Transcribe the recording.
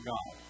God